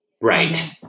Right